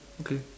okay